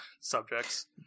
subjects